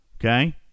okay